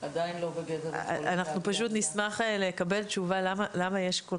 עדיין לא בגדר --- אנחנו פשוט נשמח לקבל תשובה לגבי למה יש כל